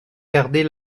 garder